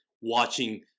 watching